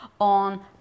on